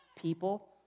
people